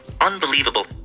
unbelievable